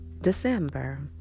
December